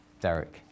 Derek